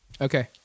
Okay